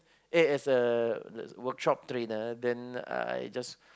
eh as a workshop trainer then I I just